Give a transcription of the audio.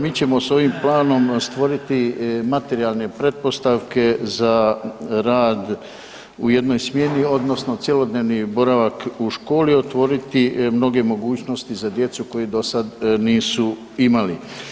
Mi ćemo s ovim planom stvoriti materijalne pretpostavke za rad u jednoj smjeni odnosno cjelodnevni boravak u školi, otvoriti mnoge mogućnosti za djecu koja dosad nisu imali.